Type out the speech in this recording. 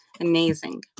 Amazing